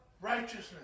righteousness